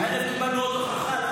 הערב קיבלנו עוד הוכחה,